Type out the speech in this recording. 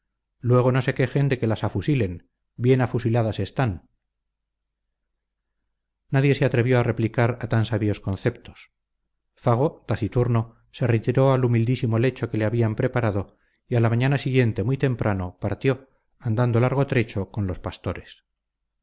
luego no se quejen de que las afusilen bien afusiladas están nadie se atrevió a replicar a tan sabios conceptos fago taciturno se retiró al humildísimo lecho que le habían preparado y a la mañana siguiente muy temprano partió andando largo trecho con los pastores